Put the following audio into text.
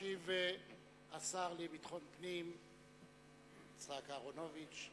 ישיב השר לביטחון פנים יצחק אהרונוביץ.